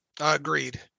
Agreed